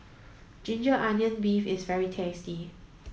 ginger onions beef is very tasty